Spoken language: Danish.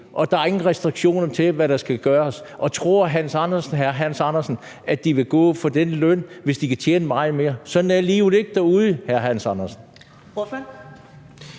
og der er ingen restriktioner, i forhold til hvad der skal gøres. Og tror hr. Hans Andersen, at de vil gå for den løn, hvis de kan tjene meget mere? Sådan er livet ikke derude, hr. Hans Andersen. Kl.